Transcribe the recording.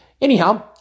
anyhow